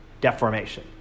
deformation